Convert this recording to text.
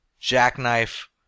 jackknife